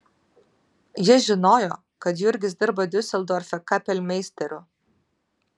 jis žinojo kad jurgis dirba diuseldorfe kapelmeisteriu